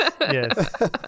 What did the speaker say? yes